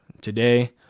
Today